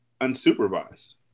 unsupervised